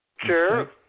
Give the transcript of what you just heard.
Sure